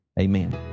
Amen